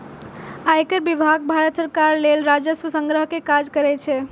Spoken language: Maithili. आयकर विभाग भारत सरकार लेल राजस्व संग्रह के काज करै छै